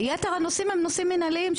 יתר הנושאים הם נושאים מנהליים,